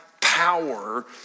power